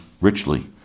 richly